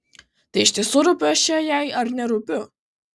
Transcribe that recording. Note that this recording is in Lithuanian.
tai iš tiesų rūpiu aš čia jai ar nerūpiu